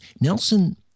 Nelson